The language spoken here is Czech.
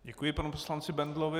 Děkuji panu poslanci Bendlovi.